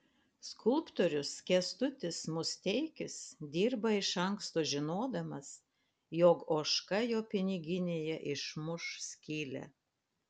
skulptorius kęstutis musteikis dirba iš anksto žinodamas jog ožka jo piniginėje išmuš skylę